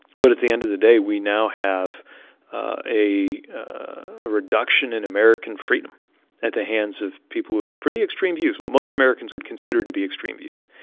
but at the end of the day, we now have a ah reduction in american freedom at the hands of people who have pretty extreme views, what most americans would consider to be extreme views.